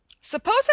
suppose